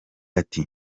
ati